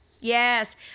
Yes